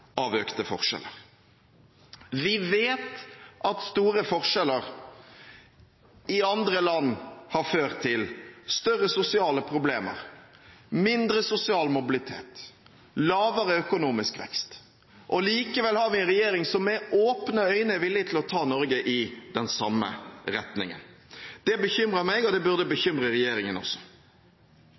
av økte forskjeller. Vi vet at store forskjeller i andre land har ført til større sosiale problemer, mindre sosial mobilitet og lavere økonomisk vekst, og likevel har vi en regjering som med åpne øyne er villig til å ta Norge i den samme retningen. Det bekymrer meg, og det burde bekymre regjeringen også.